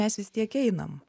mes vis tiek einam